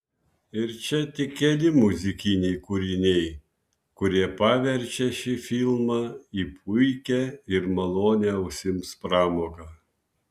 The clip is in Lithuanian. ir čia tik keli muzikiniai kūriniai kurie paverčia šį filmą į puikią ir malonią ausims pramogą